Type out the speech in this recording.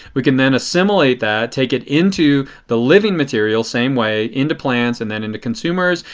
we can then assimilate that, take it into the living materials, same way, into plants and then into consumers.